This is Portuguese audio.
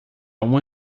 uma